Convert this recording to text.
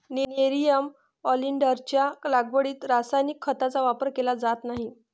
nerium ऑलिंडरच्या लागवडीत रासायनिक खतांचा वापर केला जात नाही